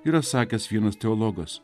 yra sakęs vienas teologas